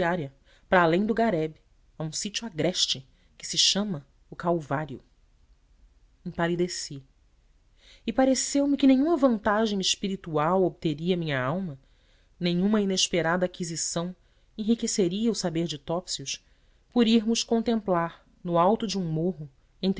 judiciária para além do garebe a um sítio agreste que se chama o calvário empalideci e pareceu-me que nenhuma vantagem espiritual obteria minha alma nenhuma inesperada aquisição enriqueceria o saber de topsius por irmos contemplar no alto de um morro